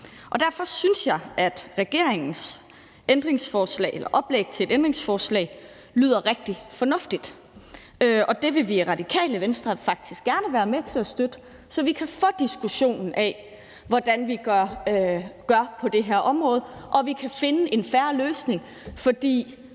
Derfor synes jeg, at regeringens oplæg til ændringsforslag lyder rigtig fornuftigt, og det vil Radikale Venstre faktisk gerne være med til at støtte, så vi kan få diskussionen af, hvordan vi så gør på det her område og finde en fair løsning. For